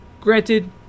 granted